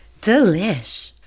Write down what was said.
Delish